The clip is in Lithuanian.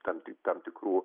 tam tik tam tikrų